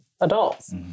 adults